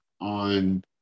on